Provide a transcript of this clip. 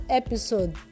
episode